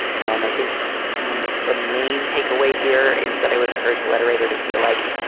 and i think the main takeaway here is that i would encourage literates to feel like,